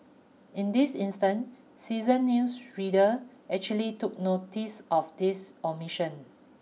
in this instant seasoned news readers actually took notice of this omission